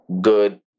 good